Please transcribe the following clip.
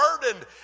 burdened